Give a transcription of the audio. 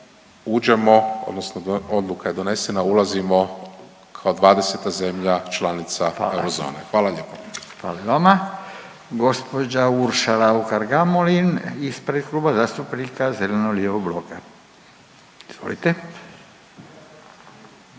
uđemo odnosno odluka je donesena ulazimo kao 20. zemlja članica eurozone. Hvala lijepo. **Radin, Furio (Nezavisni)** Hvala i vama. Gospođa Urša RAukar Gamulin ispred Klub zastupnika zelenolijevog bloka. Izvolite.